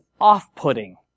off-putting